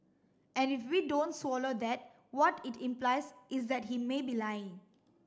and if we don't swallow that what it implies is that he may be lying